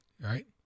right